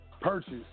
purchase